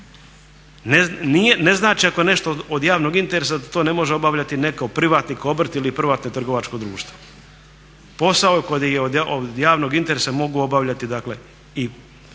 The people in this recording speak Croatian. Ne znači ako je nešto od javnog interesa da to ne može obavljati neki privatnik obrt ili trgovačko društvo. Posao koji je od javnog interesa mogu obavljati dakle